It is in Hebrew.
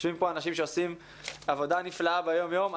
יושבים פה אנשים שעושים עבודה נפלאה ביום-יום.